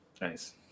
Nice